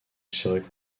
seraient